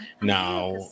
Now